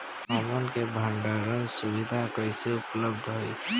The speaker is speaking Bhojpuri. हमन के भंडारण सुविधा कइसे उपलब्ध होई?